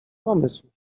pomysł